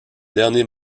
dernier